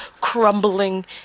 crumbling